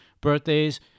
birthdays